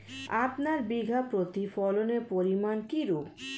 আপনার বিঘা প্রতি ফলনের পরিমান কীরূপ?